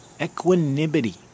Equanimity